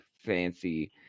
fancy